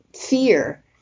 fear